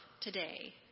today